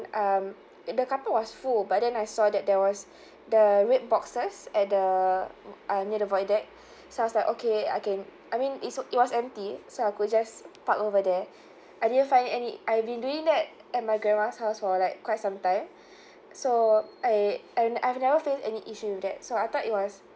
um the car park was full but then I saw that there was the red boxes at the uh near the void deck so I was like okay I can I mean it's so it was empty so I could just park over there I didn't find it any I've been doing that at my grandma's house for like quite some time so I I ne~ I have never faced any issue with that so I thought it was